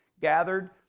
gathered